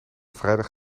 vrijdag